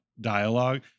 dialogue